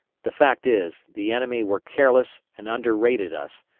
the fact is, the enemy were careless and underrated us,